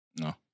No